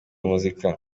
muzika